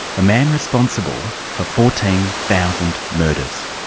a man responsible for fourteen thousand murders.